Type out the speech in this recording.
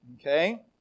okay